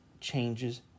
changes